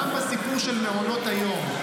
גם בסיפור של מעונות היום,